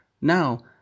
Now